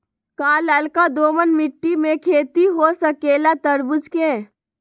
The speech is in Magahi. का लालका दोमर मिट्टी में खेती हो सकेला तरबूज के?